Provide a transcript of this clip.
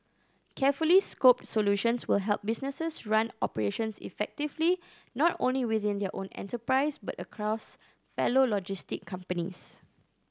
carefully scoped solutions will help businesses run operations effectively not only within their own enterprise but across fellow logistic companies